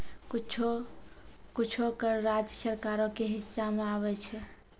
कुछो कर राज्य सरकारो के हिस्सा मे आबै छै